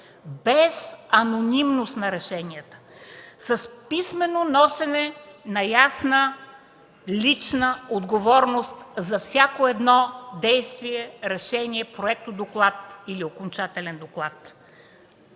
без анонимност на решенията, с писмено носене на ясна лична отговорност за всяко действие, решение, проектодоклад или окончателен доклад.